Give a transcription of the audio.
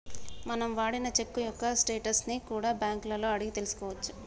మనం వాడిన చెక్కు యొక్క స్టేటస్ ని కూడా బ్యేంకులలో అడిగి తెల్సుకోవచ్చు